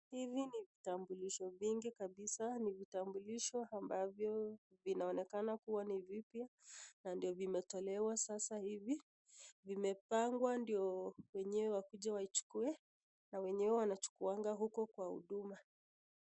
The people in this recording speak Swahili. Hivi ni vitambulisho vingi kabisa, ni vitambulisho ambavyo vinaweza kuwa ni vipya na vimetolewa sasa hivi. Vimepangwa ndio wenyewe wakuje waichukue. Wenyewe wanachukuanga huko kwa huduma.